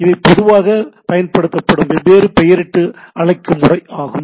இவை பொதுவாக பயன்படுத்தப்படும் வெவ்வேறு பெயரிட்டு அழைக்கும் முறை ஆகும்